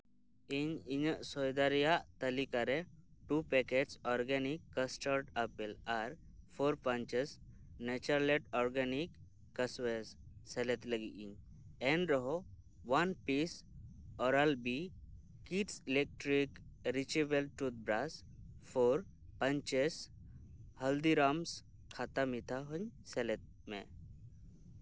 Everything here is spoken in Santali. ᱤᱧ ᱤᱧᱟᱹᱜ ᱥᱚᱭᱫᱟ ᱨᱮᱭᱟᱜ ᱛᱟᱹᱞᱤᱠᱟ ᱟᱨ ᱵᱟᱨ ᱯᱮᱠᱮᱴ ᱚᱨᱜᱟᱱᱤᱠ ᱠᱟᱥᱴᱟᱨᱰ ᱟᱯᱮᱞ ᱟᱨ ᱯᱩᱱ ᱯᱟᱣᱩᱪᱮᱥ ᱱᱮᱪᱟᱨᱞᱮᱱᱰ ᱚᱨᱜᱟᱱᱤᱠ ᱠᱟᱥᱮᱣ ᱥᱮᱞᱮᱫ ᱞᱟᱹᱜᱤᱫ ᱤᱧ ᱮᱱᱨᱮᱦᱚᱸ ᱢᱤᱫ piece oral B kids electric rechargeable tooth brush ᱯᱳᱱ ᱯᱟᱣᱩᱪᱮᱥ ᱦᱚᱞᱫᱤᱨᱟᱢᱥ ᱠᱷᱟᱴᱴᱟ ᱢᱤᱴᱷᱟ ᱦᱚᱸ ᱥᱮᱞᱮᱫ ᱢᱮ